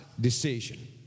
decision